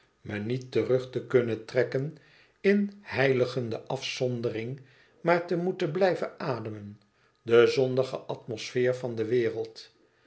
me niet terug te kunnen trekken in heiligende afzondering maar te moeten blijven ademen de zondige atmosfeer van de wereld